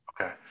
Okay